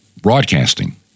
broadcasting